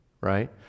right